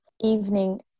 evening